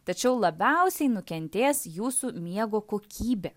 tačiau labiausiai nukentės jūsų miego kokybė